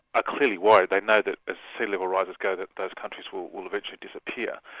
ah clearly worried. they know that as sea level rises go, that those countries will will eventually disappear.